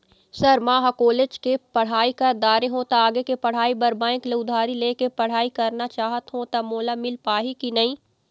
Sir म ह college के पढ़ाई कर दारें हों ता आगे के पढ़ाई बर बैंक ले उधारी ले के पढ़ाई करना चाहत हों ता मोला मील पाही की नहीं?